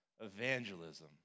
evangelism